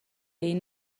این